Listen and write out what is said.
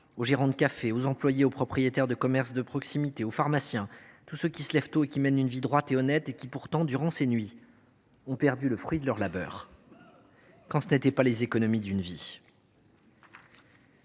aux gérants de cafés, aux employés, aux propriétaires de commerces de proximité, aux pharmaciens, à tous ceux qui se lèvent tôt et qui mènent une vie droite et honnête, mais qui ont perdu durant ces nuits le fruit de leur labeur, quand ce n’étaient pas les économies d’une vie.